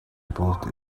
report